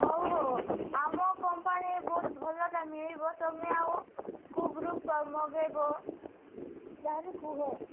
ହଉ ହଉ ଆମ କମ୍ପାନୀ ବହୁତ ଭଲଟା ମିଳିବ ତୁମେ ଆଉ କୋଉ ଗ୍ରୁପ୍ ପାଇଁ ମଗେଇବ ତାହେଲେ କୁହ